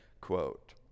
quote